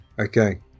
Okay